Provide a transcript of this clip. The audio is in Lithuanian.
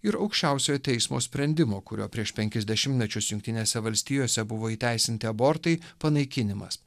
ir aukščiausiojo teismo sprendimo kuriuo prieš penkis dešimtmečius jungtinėse valstijose buvo įteisinti abortai panaikinimas